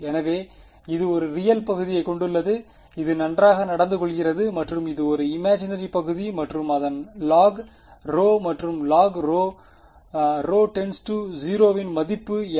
எனவே இது ஒரு ரியல் பகுதியைக் கொண்டுள்ளது இது நன்றாக நடந்துகொள்கிறது மற்றும் ஒரு இமாஜினரி பகுதி மற்றும் அதன் logρ மற்றும் logρ ρ 0 வின் மதிப்பு என்ன